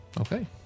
Okay